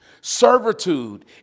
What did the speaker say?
Servitude